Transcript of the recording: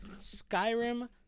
Skyrim